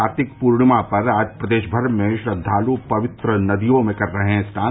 कार्तिक पूर्णिमा पर आज प्रदेश भर में श्रद्वालु पवित्र नदियों में कर रहे हैं स्नान